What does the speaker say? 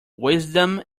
wisdom